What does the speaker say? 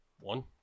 One